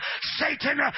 Satan